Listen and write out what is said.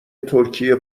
ترکیه